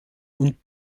und